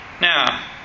Now